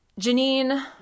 janine